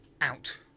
Out